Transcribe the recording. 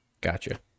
Gotcha